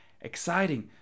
exciting